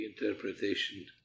interpretation